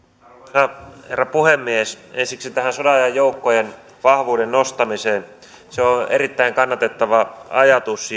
arvoisa herra puhemies ensiksi tähän sodanajan joukkojen vahvuuden nostamiseen se on erittäin kannatettava ajatus